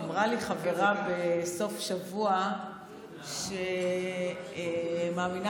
אמרה לי חברה בסוף שבוע שהיא מאמינה